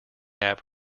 app